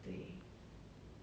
或则 mulan